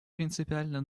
принципиально